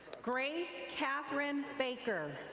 grace catherine baker.